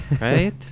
Right